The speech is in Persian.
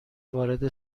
وارد